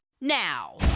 now